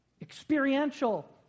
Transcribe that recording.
Experiential